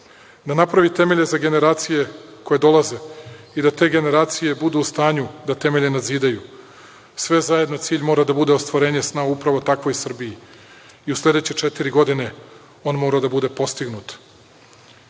Da napravi temelj za generacije koje dolaze i da te generacije budu u stanju da temelje nazidaju. Sve zajedno cilj mora da bude ostvarenje sna upravo u takvoj Srbiji. I u sledeće četiri godine on mora da bude postignut. Pozivam